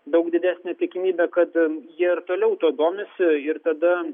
daug didesnė tikimybė kad jie ir toliau tuo domisi ir tada